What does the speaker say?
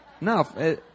No